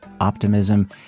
Optimism